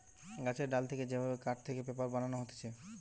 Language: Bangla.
গাছের ডাল থেকে যে ভাবে কাঠ থেকে পেপার বানানো হতিছে